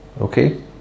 okay